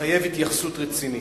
מחייב התייחסות רצינית.